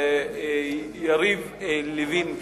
יריב לוין כאן.